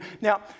Now